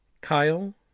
Kyle